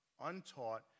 untaught